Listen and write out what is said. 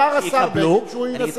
כבר אמר השר בגין שהוא ינסה.